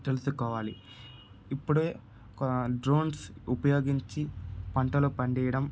తెలుసుకోవాలి ఇప్పుడు డ్రోన్స్ ఉపయోగించి పంటలు పండించడం